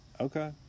Okay